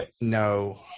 No